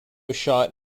shot